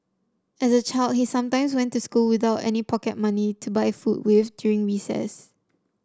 as a child he sometimes went to school without any pocket money to buy food with during recess